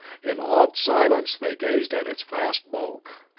in awed silence they gazed at its vast bulk.